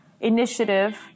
initiative